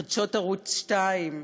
לחדשות ערוץ 2,